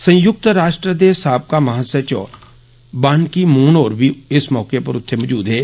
संयुक्त राश्ट्र दे साबका महासचिव वान की मून होर बी इस मौके उत्थे मौजूद हे